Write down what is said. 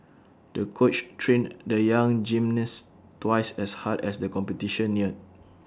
the coach trained the young gymnast twice as hard as the competition neared